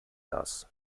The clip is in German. das